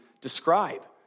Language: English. describe